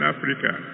Africa